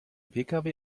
pkw